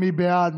מי בעד?